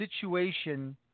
situation